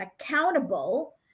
accountable